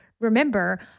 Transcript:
remember